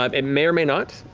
um and may or may not.